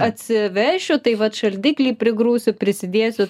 atsivešiu tai vat šaldiklį prigrūsiu prisidėsiu